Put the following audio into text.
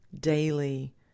daily